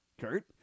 Kurt